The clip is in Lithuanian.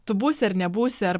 tu būsi ar nebūsi ar